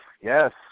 Yes